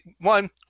one